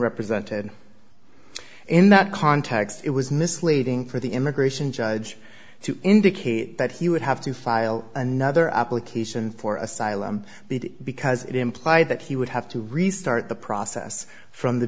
represented in that context it was misleading for the immigration judge to indicate that he would have to file another application for asylum because it implied that he would have to restart the process from the